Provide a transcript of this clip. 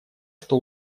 что